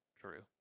True